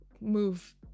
move